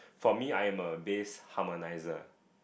for me I am a base harmonizer